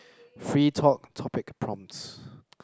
free talk topic prompts